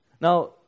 Now